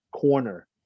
corner